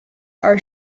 are